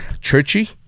churchy